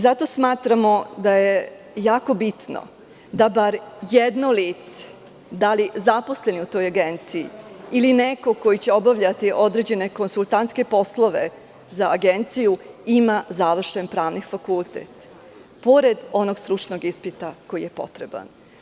Zato smatramo da je jako bitno da bar jedno lice, da li zaposleni u toj agenciji ili neko ko će obavljati određene konsultantske poslove za tu agenciju da ima završen pravni fakultet pored onog stručnog ispita koji je potreban.